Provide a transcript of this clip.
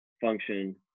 function